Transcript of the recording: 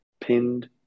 pinned